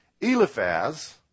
Eliphaz